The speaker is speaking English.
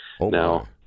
now